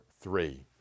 three